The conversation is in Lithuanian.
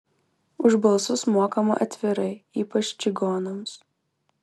už balsus mokama atvirai ypač čigonams